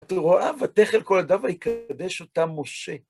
אתה רואה ותכל כל הדבר, יקדש אותם משה.